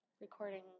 recording